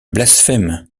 blasphème